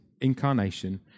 incarnation